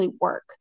work